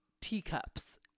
teacups